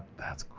that's,